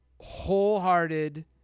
wholehearted